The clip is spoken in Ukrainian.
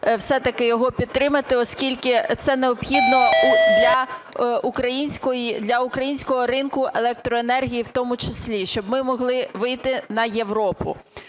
все-таки його підтримати, оскільки це необхідно для українського ринку електроенергії втому числі, щоб ми могли вийти на Європу.